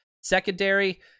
Secondary